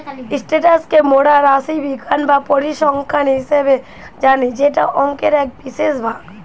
status কে মোরা রাশিবিজ্ঞান বা পরিসংখ্যান হিসেবে জানি যেটা অংকের এক বিশেষ ভাগ